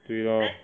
对 loh